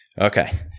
Okay